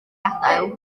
gadael